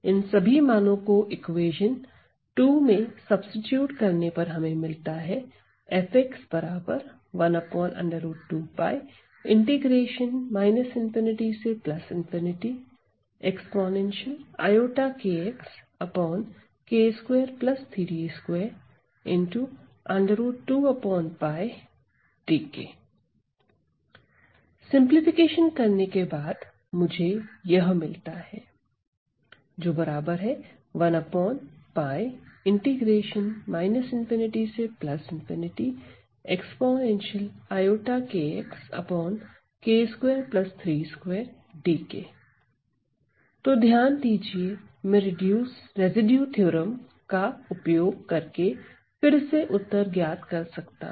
इन सभी मानो को इक्वेशन मे सब्सीट्यूट करने पर हमें मिलता है सिंपलीफिकेशन करने के बाद मुझे यह मिलता है तो ध्यान दीजिए मैं रेसिड्यू थ्योरम का उपयोग करके फिर से उत्तर ज्ञात कर सकता हूं